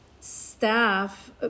staff